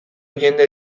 jende